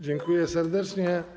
Dziękuję serdecznie.